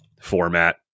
format